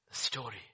story